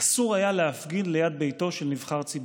אסור היה להפגין ליד ביתו של נבחר ציבור.